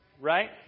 right